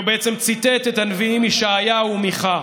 הוא ציטט את הנביאים ישעיהו ומיכה: